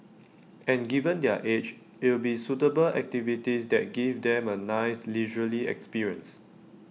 and given their age it'll be suitable activities that give them A nice leisurely experience